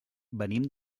venim